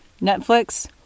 Netflix